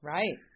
Right